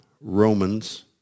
Romans